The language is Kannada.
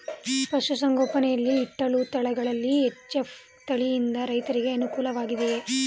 ಪಶು ಸಂಗೋಪನೆ ಯಲ್ಲಿ ಇಟ್ಟಳು ತಳಿಗಳಲ್ಲಿ ಎಚ್.ಎಫ್ ತಳಿ ಯಿಂದ ರೈತರಿಗೆ ಅನುಕೂಲ ವಾಗಿದೆಯೇ?